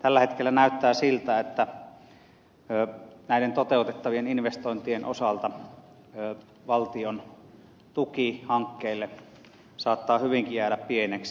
tällä hetkellä näyttää siltä että näiden toteutettavien investointien osalta valtion tuki hankkeelle saattaa hyvinkin jäädä pieneksi